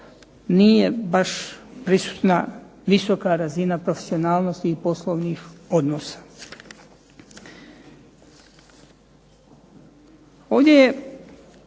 nije baš prisutna visoka razina profesionalnosti i poslovnih odnosa.